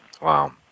Wow